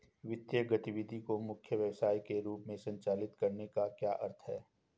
वित्तीय गतिविधि को मुख्य व्यवसाय के रूप में संचालित करने का क्या अर्थ है?